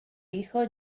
hijo